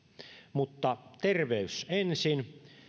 mutta terveys ensin